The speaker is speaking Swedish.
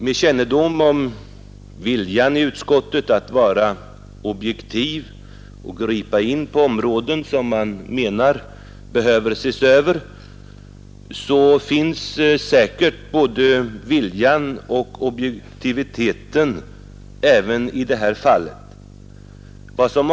Med kännedom om den vilja som allmänt finns i utskottet att vara objektiv och att gripa in på områden som man menar behöver ses över tror jag säkert att en sådan vilja finns även i det här fallet.